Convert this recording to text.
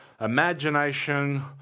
imagination